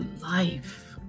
life